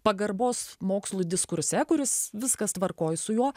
pagarbos mokslų diskurse kuris viskas tvarkoj su juo